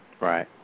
Right